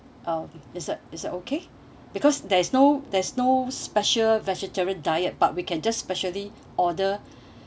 um is that is that okay because there's no there's no special vegetarian diet but we can just specially order